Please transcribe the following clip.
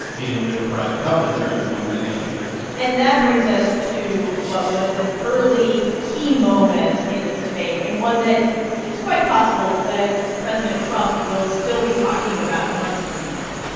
getting rid of private health insurance, among many other things and that brings us to what was an early key moment in this debate and one that it's quite possible that president trump will still be talking about months from now.